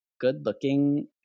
good-looking